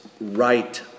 right